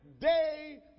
day